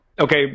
Okay